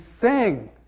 sing